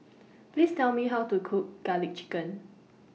Please Tell Me How to Cook Garlic Chicken